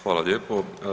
Hvala lijepo.